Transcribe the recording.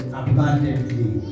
abundantly